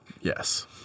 yes